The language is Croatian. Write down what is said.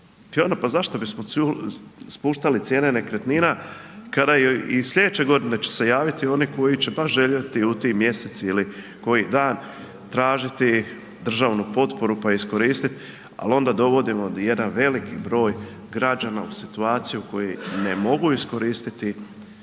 ono zašto bismo spuštali cijene nekretnina kada i sljedeće godine će se javiti oni koji će baš željeti u tim mjesec ili koji dan tražiti državnu potporu pa iskoristiti, ali onda dovodimo jedan velik broj građana u situaciju u kojoj ne mogu iskoristiti